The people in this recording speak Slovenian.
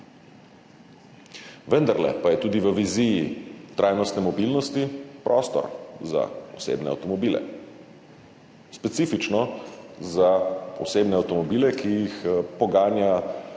Vendarle pa je tudi v viziji trajnostne mobilnosti prostor za osebne avtomobile, specifično za osebne avtomobile, ki jih poganjajo